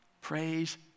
Praise